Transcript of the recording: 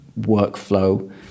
workflow